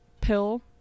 pill